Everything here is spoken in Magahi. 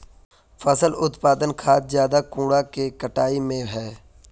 फसल उत्पादन खाद ज्यादा कुंडा के कटाई में है?